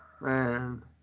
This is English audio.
man